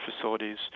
facilities